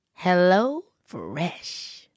HelloFresh